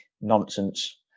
nonsense